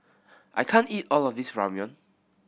I can't eat all of this Ramyeon